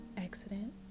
accident